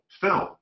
film